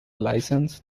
licence